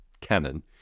canon